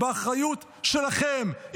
באחריות שלכם,